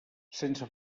sense